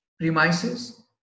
premises